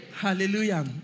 Hallelujah